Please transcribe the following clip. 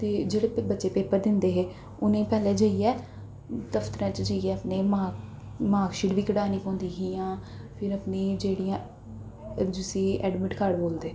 ते जेह्ड़े बच्चे पेपर दिंदे हे उ'नें गी पैह्लें जाइयै दफ्तरें च जाइयै अपने मार्क मार्क शीट बी कढानी पौंदी ही जां फिर अपनी जेह्ड़ियां जिस्सी अडमिट कार्ड बोलदे